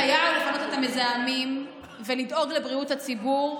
חייבים לפנות את המזהמים ולדאוג לבריאות הציבור,